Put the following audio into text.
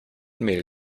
mehl